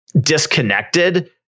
disconnected